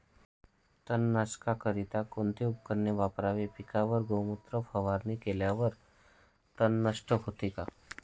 तणनाशकाकरिता कोणते उपकरण वापरावे? पिकावर गोमूत्र फवारणी केल्यावर तण नष्ट होते का?